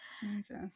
jesus